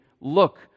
look